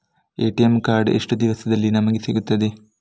ATM card ಎಷ್ಟು ದಿವಸದಲ್ಲಿ ನಮಗೆ ಸಿಗುತ್ತದೆ?